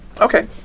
Okay